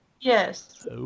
Yes